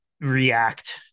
react